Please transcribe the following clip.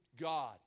God